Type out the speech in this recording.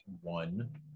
One